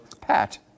Pat